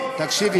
תקשיבי,